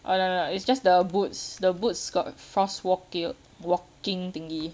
oh no no it's just the boots the boots got frost walk gear walking thingy